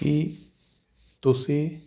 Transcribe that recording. ਕੀ ਤੁਸੀਂ